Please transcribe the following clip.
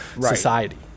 society